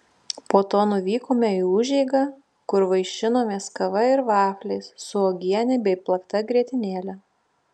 po to nuvykome į užeigą kur vaišinomės kava ir vafliais su uogiene bei plakta grietinėle